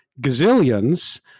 gazillions